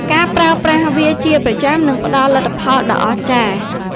ការប្រើប្រាស់វាជាប្រចាំនឹងផ្ដល់លទ្ធផលដ៏អស្ចារ្យ។